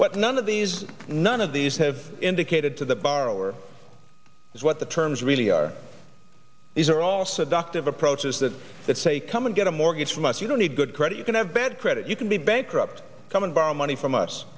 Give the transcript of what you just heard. but none of these none of these have indicated to the borrower what the terms really are these are all seductive approaches that that say come and get a mortgage from us you don't need good credit you can have bad credit you can be bankrupt come in borrow money from us